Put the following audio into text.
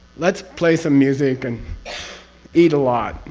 let's play some music and eat a lot